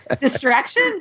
Distraction